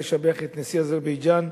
לשבח את נשיא אזרבייג'ן,